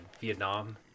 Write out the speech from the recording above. Vietnam